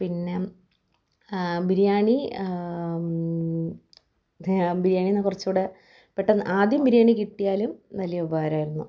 പിന്നെ ബിരിയാണി ബിരിയാണിയെന്നാൽ കുറച്ചും കൂടി പെട്ടെന്ന് ആദ്യം ബിരിയാണി കിട്ടിയാലും വലിയ ഉപകാരമായിരുന്നു